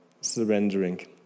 surrendering